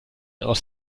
aus